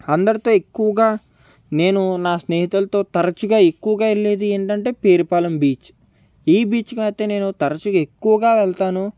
అందరితో ఎక్కువగా నేను నా స్నేహితులతో తరచుగా ఎక్కువగా ఎళ్ళేది ఏంటంటే పేరుపాలెం బీచ్ ఈ బీచ్ కి అయితే నేను తరచుగా ఎక్కువగా వెళ్తాను